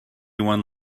one